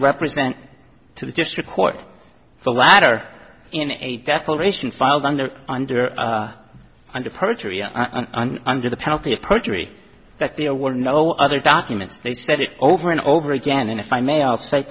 represent to the district court the latter in a declaration filed under under under perjury under the penalty of perjury that there were no other documents they said it over and over again and if i may